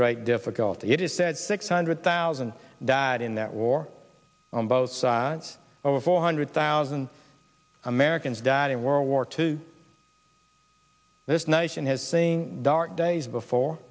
great difficulty it is said six hundred thousand died in that war on both sides over four hundred thousand americans died in world war two this nation has seen dark days before